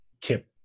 tip